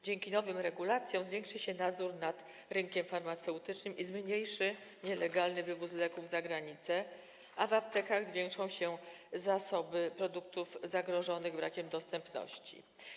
Dzięki nowym regulacjom zwiększy się nadzór nad rynkiem farmaceutycznym i zmniejszy się nielegalny wywóz leków za granicę, a w aptekach zwiększą się zasoby produktów zagrożonych brakiem dostępności.